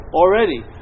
already